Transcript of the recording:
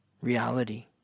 reality